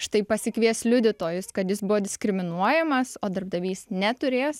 štai pasikvies liudytojus kad jis buvo diskriminuojamas o darbdavys neturės